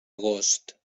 agost